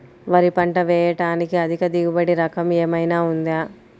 వరి పంట వేయటానికి అధిక దిగుబడి రకం ఏమయినా ఉందా?